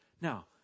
Now